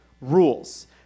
rules